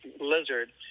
lizard